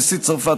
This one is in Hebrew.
נשיא צרפת,